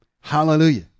Hallelujah